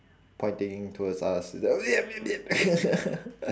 pointing towards us